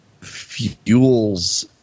fuels